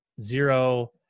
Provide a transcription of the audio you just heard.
zero